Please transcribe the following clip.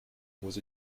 muss